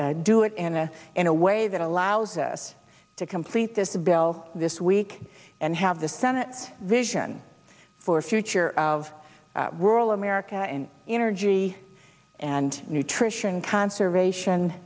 d do it in a in a way that allows us to complete this bill this week and have the senate vision for future of rural america and energy and nutrition conservation